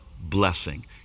blessing